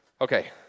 Okay